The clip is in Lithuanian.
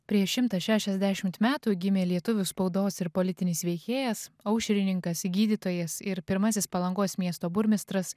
prieš šimtą šešiasdešimt metų gimė lietuvių spaudos ir politinis veikėjas aušrininkas gydytojas ir pirmasis palangos miesto burmistras